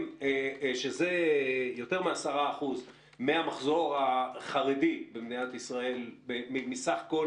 זה יותר מ-10% מהמחזור החרדי במדינת ישראל מסך כל